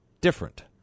different